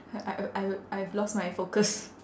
I I I I I've lost my focus